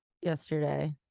yesterday